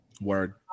Word